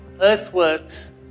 earthworks